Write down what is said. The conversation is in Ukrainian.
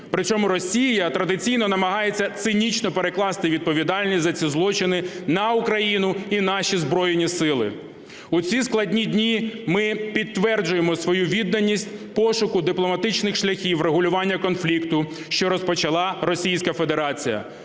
Причому Росія традиційно намагається цинічно перекласти відповідальність за ці злочини на Україну і наші Збройні Сили. У ці складні дні ми підтверджуємо свою відданість пошуку дипломатичних шляхів врегулювання конфлікту, що розпочала Російська Федерація.